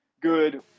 good